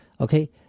okay